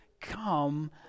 come